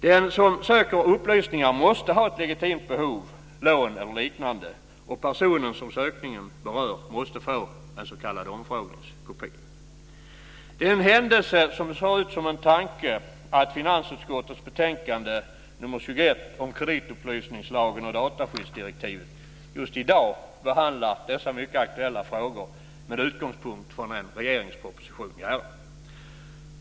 Den som söker upplysningar måste ha ett legitimt behov - det ska gälla lån eller liknande - och personen som sökningen berör måste få en s.k. omfrågningskopia. Det är en händelse som ser ut som en tanke att vi i och med finansutskottets betänkande nr 21 om kreditupplysningslagen och dataskyddsdirektivet just i dag behandlar dessa mycket aktuella frågor med utgångspunkt i en regeringsproposition i ärendet.